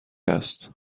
است